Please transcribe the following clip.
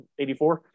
84